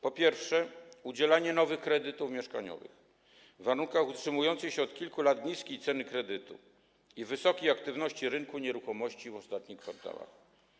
Po pierwsze, udzielanie nowych kredytów mieszkaniowych w warunkach utrzymującej się od kilku lat niskiej ceny kredytów i wysokiej aktywności rynku nieruchomości w ostatnich kwartałach.